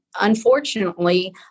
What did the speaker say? unfortunately